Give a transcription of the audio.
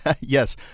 Yes